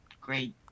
great